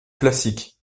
classique